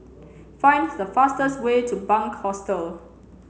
find the fastest way to Bunc Hostel